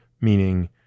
meaning